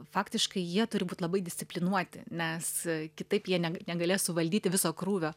faktiškai jie turi būt labai disciplinuoti nes kitaip jie negalės suvaldyti viso krūvio